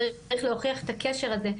צריך להוכיח את הקשר הזה,